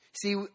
See